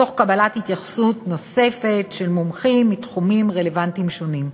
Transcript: תוך קבלת התייחסות נוספת של מומחים מתחומים רלוונטיים שונים.